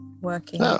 working